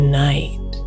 night